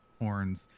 horns